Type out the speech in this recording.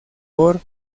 por